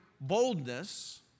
boldness